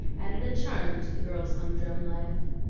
added a charm to the girl's humdrum life.